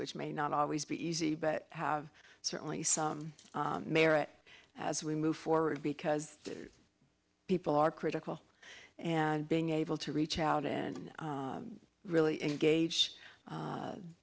which may not always be easy but have certainly some merit as we move forward because people are critical and being able to reach out and really engage